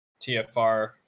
tfr